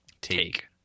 take